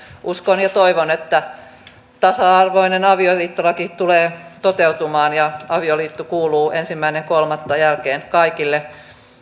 uskon ja toivon että tasa arvoinen avioliittolaki tulee toteutumaan ja avioliitto kuuluu ensimmäinen kolmatta jälkeen kaikille